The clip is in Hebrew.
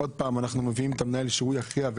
עוד פעם אנחנו מביאים את המנהל שהוא יכריע,